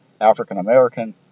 African-American